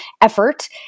effort